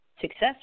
success